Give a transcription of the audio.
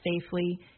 safely